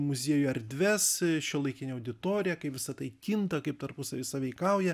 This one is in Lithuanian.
muziejų erdves šiuolaikinę auditoriją kaip visa tai kinta kaip tarpusavy sąveikauja